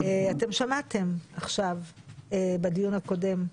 שמעתם בדיון הקודם,